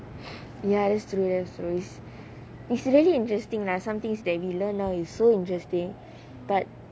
ya that's true that's true it's it's really interesting lah some things that we learn is so interesting but